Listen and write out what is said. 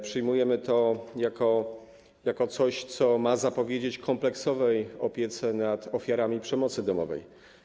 Przyjmujemy to jako coś, co ma zapowiedzieć kompleksową opiekę nad ofiarami przemocy domowej.